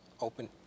open